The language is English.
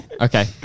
Okay